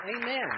amen